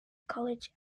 college